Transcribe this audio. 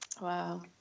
Wow